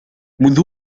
منذ